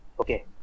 Okay